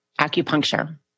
acupuncture